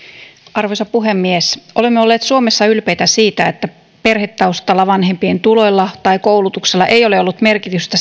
arvoisa puhemies olemme olleet suomessa ylpeitä siitä että perhetaustalla vanhempien tuloilla tai koulutuksella ei ole ollut merkitystä